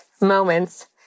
moments